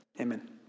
Amen